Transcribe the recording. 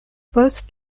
post